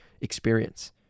experience